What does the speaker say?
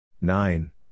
nine